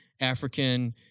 African